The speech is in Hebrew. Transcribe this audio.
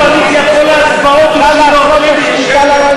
הצבעות אישיות, כולן,